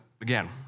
again